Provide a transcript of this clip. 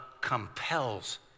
compels